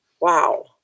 Wow